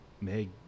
Meg